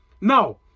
No